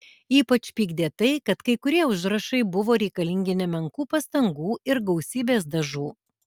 ypač pykdė tai kad kai kurie užrašai buvo reikalingi nemenkų pastangų ir gausybės dažų